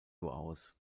aus